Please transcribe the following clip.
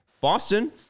Boston